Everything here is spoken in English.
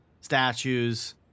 statues